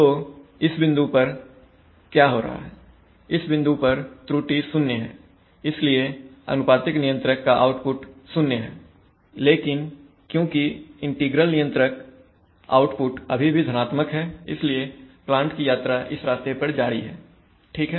तो इस बिंदु पर क्या हो रहा है इस बिंदु पर त्रुटि 0 है इसलिए अनुपातिक नियंत्रक का आउटपुट 0 है लेकिन क्योंकि इंटीग्रल नियंत्रक आउटपुट अभी भी धनात्मक है इसलिए प्लांट की यात्रा इस रास्ते पर जारी है ठीक है